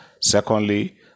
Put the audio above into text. Secondly